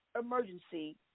emergency